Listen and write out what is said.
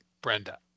Brenda